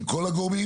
עם כל הגורמים,